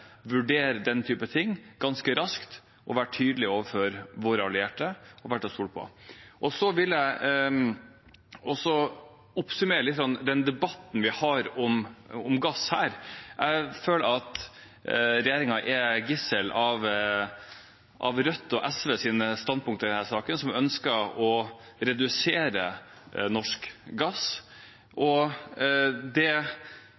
vurdere den type ting ganske raskt, være tydelige overfor våre allierte og være til å stole på. Jeg vil også oppsummere den debatten vi har om gass her. Jeg føler at regjeringen er et gissel av Rødt og SVs standpunkt i denne saken, som ønsker å redusere norsk gass. Det